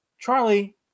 Charlie